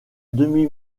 demi